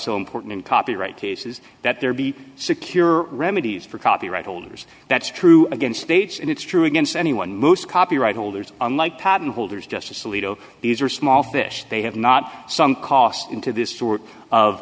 so important in copyright cases that there be secure remedies for copyright holders that's true against aids and it's true against anyone most copyright holders unlike patent holders justice alito these are small fish they have not some cost into this sort of